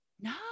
No